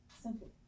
simple